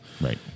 Right